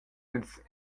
els